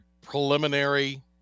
preliminary